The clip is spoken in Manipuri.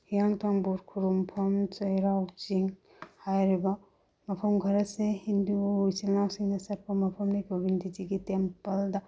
ꯍꯤꯌꯥꯡꯊꯥꯡ ꯕꯣꯔ ꯈꯨꯔꯨꯝꯐꯝ ꯆꯩꯔꯥꯎ ꯆꯤꯡ ꯍꯥꯏꯔꯤꯕ ꯃꯐꯝ ꯈꯔꯁꯦ ꯍꯤꯟꯗꯨ ꯏꯆꯤꯟ ꯏꯅꯥꯎꯁꯤꯡꯅ ꯆꯠꯄ ꯃꯐꯝꯗꯤ ꯒꯣꯕꯤꯟꯗꯖꯤꯒꯤ ꯇꯦꯝꯄꯜꯗ